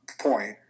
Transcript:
point